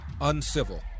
uncivil